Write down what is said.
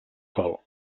col